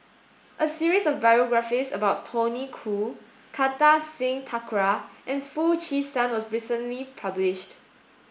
a series of biographies about Tony Khoo Kartar Singh Thakral and Foo Chee San was recently published